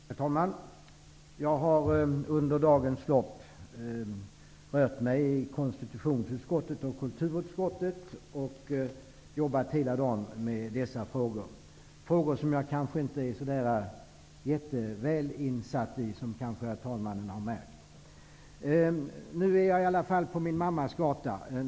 Herr talman! Jag har under dagens lopp rört mig bland frågor som hör till konstitutionsutskottet och kulturutskottet. Det har varit frågor som jag inte är så jätteväl insatt i -- som kanske herr talmannen har märkt. När det gäller export och exportkrediter är jag i alla fall på min mammas gata.